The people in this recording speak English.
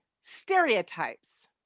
stereotypes